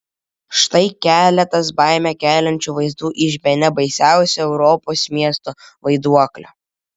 štai keletas baimę keliančių vaizdų iš bene baisiausio europos miesto vaiduoklio